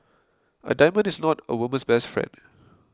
a diamond is not a woman's best friend